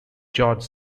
george